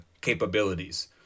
capabilities